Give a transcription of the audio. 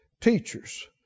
Teachers